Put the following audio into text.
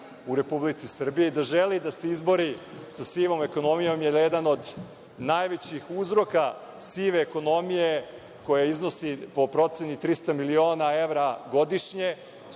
u Republici Srbiji, da želi da se izbori sa sivom ekonomijom, jer jedan od najvećih uzroka sive ekonomije koja iznosi po proceni 300 miliona evra godišnje,